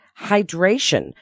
hydration